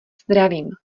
zdravím